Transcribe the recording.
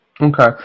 Okay